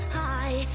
high